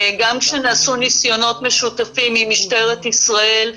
גם כשנעשו ניסיונות משותפים עם משטרת ישראל,